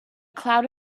cloud